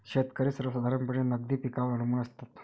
शेतकरी सर्वसाधारणपणे नगदी पिकांवर अवलंबून असतात